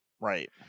Right